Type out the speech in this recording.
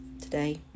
today